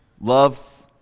love